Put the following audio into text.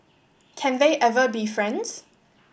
can they ever be friends